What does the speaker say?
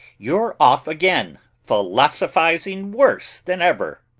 you're off again, philosophizing worse than ever.